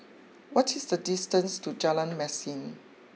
what is the distance to Jalan Mesin